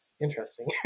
interesting